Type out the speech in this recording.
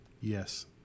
Yes